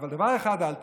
אבל דבר אחד אל תעשו.